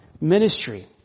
ministry